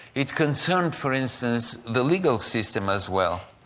it concerned, for instance, the legal system as well.